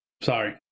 Sorry